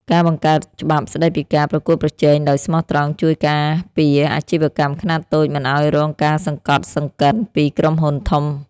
ការបង្កើតច្បាប់ស្តីពីការប្រកួតប្រជែងដោយស្មោះត្រង់ជួយការពារអាជីវកម្មខ្នាតតូចមិនឱ្យរងការសង្កត់សង្កិនពីក្រុមហ៊ុនធំ។